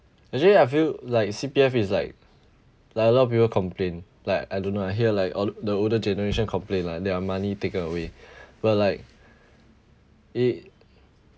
actually I feel like C_P_F is like like a lot of people complain like I don't know I hear like all the older generation complain like their money taken away well like it